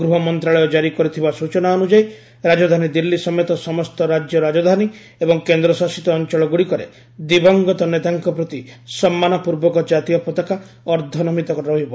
ଗୃହ ମନ୍ତ୍ରଣାଳୟ କାରି କରିଥିବା ସ୍କୁଚନା ଅନୁଯାୟୀ ରାଜଧାନୀ ଦିଲ୍ଲୀ ସମେତ ସମସ୍ତ ରାଜ୍ୟ ରାଜଧାନୀ ଏବଂ କେନ୍ଦ୍ରଶାସିତ ଅଞ୍ଚଳଗୁଡ଼ିକରେ ଦିବଂଗତ ନେତାଙ୍କ ପ୍ରତି ସମ୍ମାନପୂର୍ବକ ଜାତୀୟ ପତାକା ଅର୍ଦ୍ଧନମିତ ରହିବ